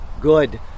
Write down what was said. good